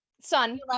son